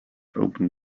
open